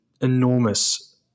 enormous